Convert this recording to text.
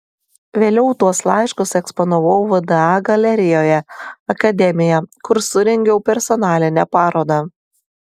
vėliau tuos laiškus eksponavau vda galerijoje akademija kur surengiau personalinę parodą